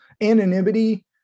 anonymity